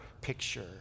picture